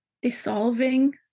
dissolving